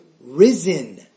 Risen